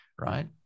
right